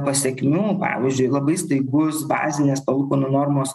pasekmių pavyzdžiui labai staigus bazinės palūkanų normos